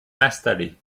installés